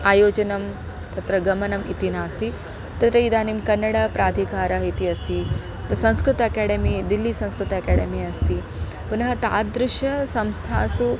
आयोजनं तत्र गमनम् इति नास्ति तत्र इदानीं कन्नड प्राधिकारः इति अस्ति त संस्कृत् अकेडेमि दिल्ली संस्कृत् अकाडेमि अस्ति पुनः तादृश संस्थासु